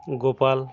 Gopal